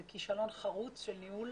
זה כישלון חרוץ של ניהול